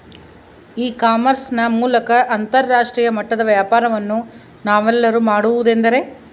E commerce ನ ಮೂಲಕ ಅಂತರಾಷ್ಟ್ರೇಯ ಮಟ್ಟದ ವ್ಯಾಪಾರವನ್ನು ನಾವೆಲ್ಲರೂ ಮಾಡುವುದೆಂದರೆ?